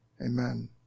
Amen